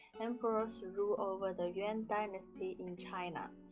emperors rule over the yuan dynasty in china.